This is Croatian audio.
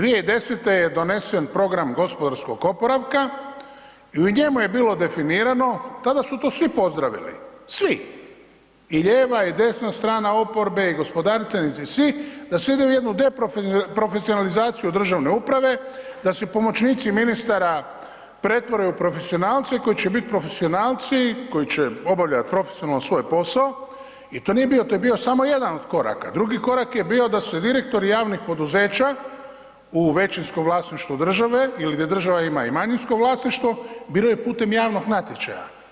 2010. je donesen program gospodarskog oporavka i u njemu je bilo definirano, tada su to svi pozdravili, svi i lijeva i desna strana oporbe i gospodarstvenici, svi da se ide u jednu deprofesionalizaciju državne uprave, da se pomoćnici ministara pretvore u profesionalce koji će biti profesionalci koji će obavljat profesionalno svoj posao i to nije bio to je bio samo jedan od koraka, drugi korak je bio da se direktori javnih poduzeća u većinskom vlasništvu države ili gdje država ima i manjinsko vlasništvo biraju putem javnog natječaja.